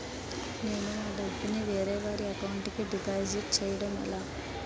నేను నా డబ్బు ని వేరే వారి అకౌంట్ కు డిపాజిట్చే యడం ఎలా?